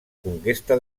conquesta